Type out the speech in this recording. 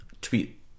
tweet